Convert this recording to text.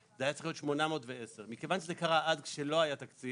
זה היה צריך להיות 810. מכיוון שזה קרה אז כשלא היה תקציב,